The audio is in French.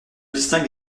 distingue